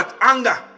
anger